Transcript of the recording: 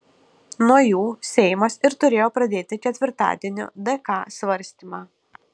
nuo jų seimas ir turėjo pradėti ketvirtadienio dk svarstymą